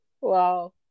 wow